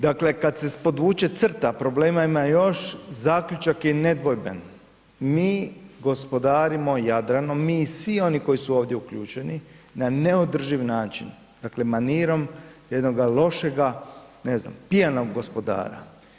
Dakle, kad se podvuče crta, problema ima još zaključak je nedvojben, mi gospodarimo Jadranom, mi i svi oni koji su ovdje uključeni na neodrživ način, dakle manirom jednoga lošega ne znam pijanog gospodara.